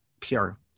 pure